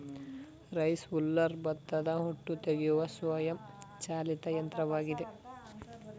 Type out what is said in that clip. rice huller ಭತ್ತದ ಹೊಟ್ಟು ತೆಗೆಯುವ ಸ್ವಯಂ ಚಾಲಿತ ಯಂತ್ರವಾಗಿದೆ